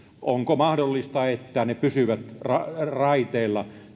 onko mahdollista että tavaraliikenne pysyy raiteilla